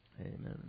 Amen